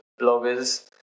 bloggers